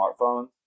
smartphones